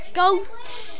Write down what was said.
goats